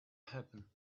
happen